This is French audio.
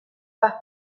pas